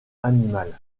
animale